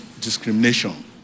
discrimination